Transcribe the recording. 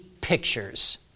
pictures